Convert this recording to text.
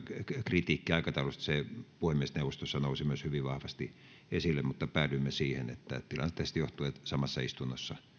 kritiikki aikataulusta nousi myös puhemiesneuvostossa hyvin vahvasti esille mutta päädyimme siihen että tilanteesta johtuen samassa istunnossa